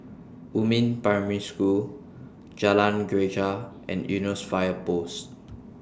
Yumin Primary School Jalan Greja and Eunos Fire Post